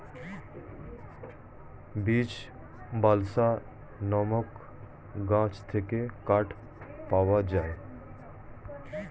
beech, balsa নামক গাছ থেকে কাঠ পাওয়া যায়